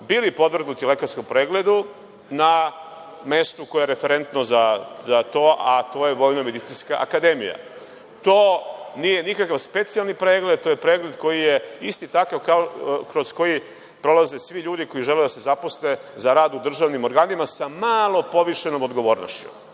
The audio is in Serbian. bili podvrgnuti lekarskom pregledu na mestu koje je referentno za to, a to je VMA.To nije nikakav specijalni pregled. To je pregled koji je isti takav kroz koji prolaze svi ljudi koji žele da se zaposle u rad u državnim organima sa malo povišenom odgovornošću,